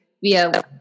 via